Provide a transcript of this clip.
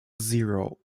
zero